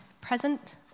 present